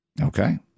Okay